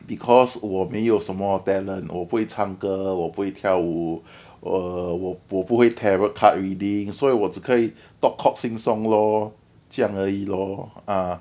because 我没有什么 talent 我不会唱歌我不会跳舞 err 我不不会 tarot card reading 所以我只可以 talk cock sing song lor 这样而已 lor